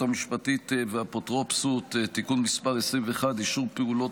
המשפטית והאפוטרופסות (תיקון מס' 21) (אישור פעולות